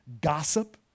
gossip